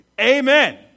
Amen